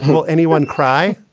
will anyone cry?